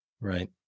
Right